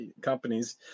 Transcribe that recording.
companies